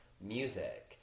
music